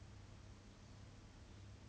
I think that one is wishful thinking